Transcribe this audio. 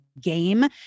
game